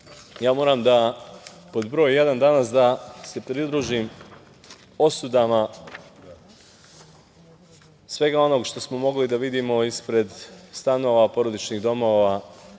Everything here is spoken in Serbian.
moram, pod broj jedan, danas da se pridružim osudama svega onoga što smo mogli da vidimo ispred stanova, porodičnih domova